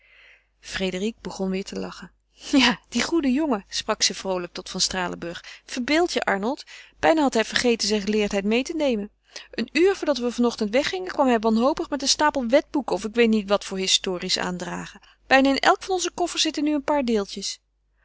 frédérique begon weer te lachen ja die goede jongen sprak ze vroolijk tot van stralenburg verbeeld je arnold bijna had hij vergeten zijn geleerdheid meê te nemen een uur voordat we van ochtend weggingen kwam hij wanhopig met een stapel wetboeken of ik weet niet wat voor histories aandragen bijna in elk van onze koffers zitten nu een paar deeltjes